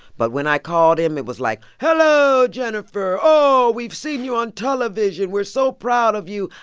but when i called him, it was like, hello, jenifer. oh, we've seen you on television. we're so proud of you.